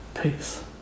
peace